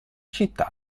città